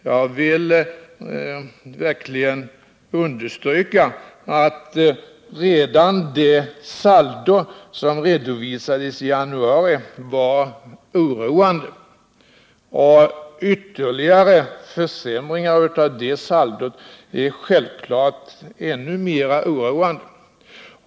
Jag vill verkligen understryka att redan det saldo som redovisades i januari var oroande. Ytterligare försämringar av det saldot är självfallet ännu mer oroande.